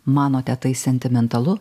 manote tai sentimentalu